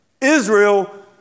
Israel